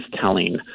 telling